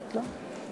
אני לא רשומה לך?